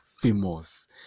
famous